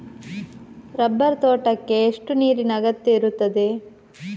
Rubber ತೋಟಕ್ಕೆ ಎಷ್ಟು ನೀರಿನ ಅಗತ್ಯ ಇರುತ್ತದೆ?